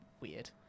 weird